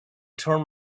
turn